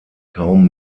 kaum